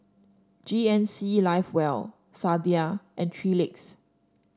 G N C Live Well Sadia and Three Legs